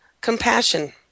compassion